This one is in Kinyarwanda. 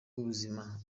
y’ubuzima